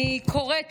אני אומרת